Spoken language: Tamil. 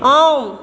ஆம்